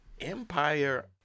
empire